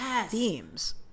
themes